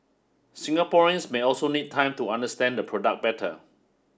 Singaporeans may also need time to understand the product better